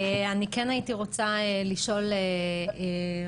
אני כן הייתי רוצה לשאול אותך